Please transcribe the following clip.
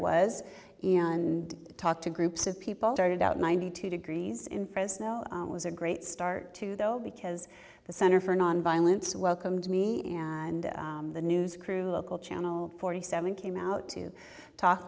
was and talk to groups of people started out ninety two degrees in fresno was a great start to though because the center for nonviolence welcomed me and the news crew local channel forty seven came out to talk